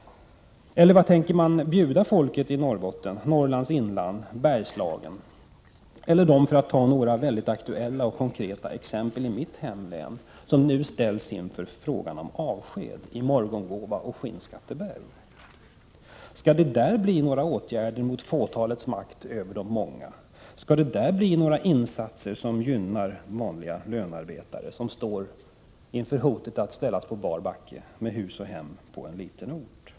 Eller vad tänker socialdemokraterna bjuda folket i Norrbotten, Norrlands inland, Bergslagen eller dem — för att ta några mycket aktuella och konkreta exempel i mitt hemlän — som nu ställs inför hot om avsked i Morgongåva och Skinnskatteberg? Skall det där vidtas några åtgärder mot fåtalets makt över de många? Skall det bli några insatser som gynnar vanliga lönearbetare, som riskerar att ställas på bar backe med hus och hem på en liten ort?